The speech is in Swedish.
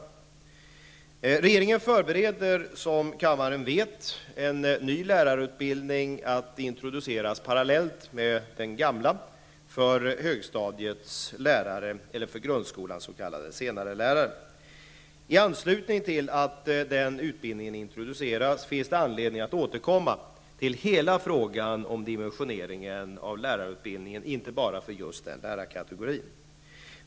Som kammaren vet förbereder regeringen en ny lärarutbildning att introduceras parallellt med den gamla för högstadiets lärare, eller för grundskolans s.k. senarelärare. I anslutning till att denna utbildning introduceras finns det anledning att återkomma till hela frågan om dimensioneringen av lärarutbildningen, inte bara för just denna lärarkategori.